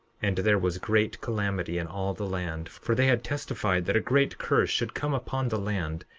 and there was great calamity in all the land, for they had testified that a great curse should come upon the land,